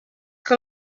que